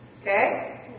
okay